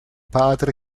padre